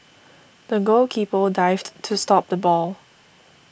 the goalkeeper dived to stop the ball